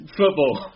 football